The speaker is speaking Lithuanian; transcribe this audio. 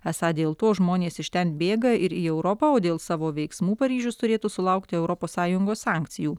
esą dėl to žmonės iš ten bėga ir į europą o dėl savo veiksmų paryžius turėtų sulaukti europos sąjungos sankcijų